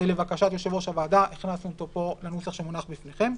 ולבקשת יושב-ראש הוועדה הכנסנו אותו פה לנוסח שמונח בפניכם.